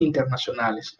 internacionales